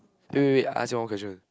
wait wait wait I ask you one question